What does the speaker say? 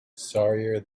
sorrier